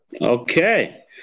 Okay